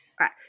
right